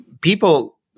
people